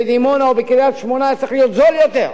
בדימונה ובקריית-שמונה היה צריך להיות נמוך יותר.